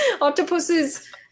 Octopuses